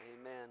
Amen